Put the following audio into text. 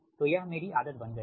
तो यह मेरी आदत बन गई है